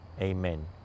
Amen